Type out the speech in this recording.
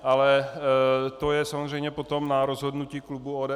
Ale to je samozřejmě potom na rozhodnutí klubu ODS.